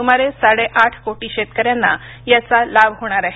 सुमारे साडे आठ कोटी शेतकऱ्यांना याचा लाभ होणार आहे